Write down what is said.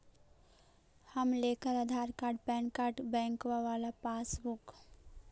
हम लेकर Aadhaar card PAN card बैंकवा वाला पासबुक?